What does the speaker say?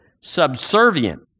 subservient